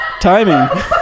Timing